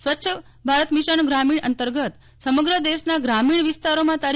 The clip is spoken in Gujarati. સ્વચ્છ ભારત મિશન ગ્રામીણ અંતર્ગત સમગ્ર દેશના ગ્રામીણ વિસ્તારોમાં તા